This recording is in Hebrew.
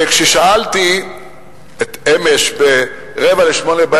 כששאלתי אמש, ב-19:45: